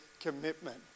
commitment